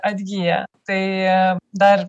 atgyja tai dar